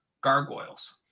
Gargoyles